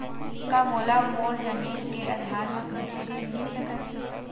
का मोला मोर जमीन के आधार म कृषि ऋण मिल सकत हे?